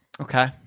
okay